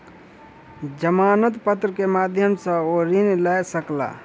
जमानत पत्र के माध्यम सॅ ओ ऋण लय सकला